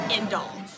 indulge